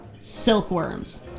Silkworms